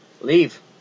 Leave